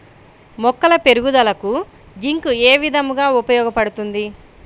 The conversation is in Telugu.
మొక్కల పెరుగుదలకు జింక్ ఏ విధముగా ఉపయోగపడుతుంది?